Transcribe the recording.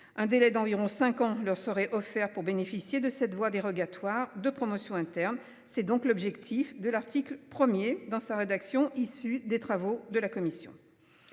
un délai d'environ 5 ans leur serait offert pour bénéficier de cette voie dérogatoire de promotion interne. C'est donc l'objectif de l'article 1er dans sa rédaction issue des travaux de la commission.